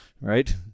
right